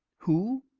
who?